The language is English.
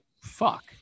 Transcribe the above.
fuck